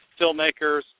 filmmakers